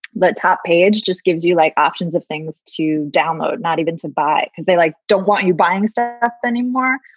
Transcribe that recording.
but top page just gives you like options of things to download, not even to buy, because they like don't want you buying stuff anymore.